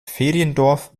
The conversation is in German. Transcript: feriendorf